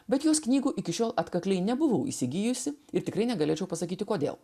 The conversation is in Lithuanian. bet jos knygų iki šiol atkakliai nebuvau įsigijusi ir tikrai negalėčiau pasakyti kodėl